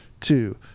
two